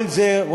וכל זה,